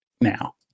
now